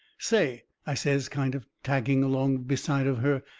say, i says, kind of tagging along beside of her,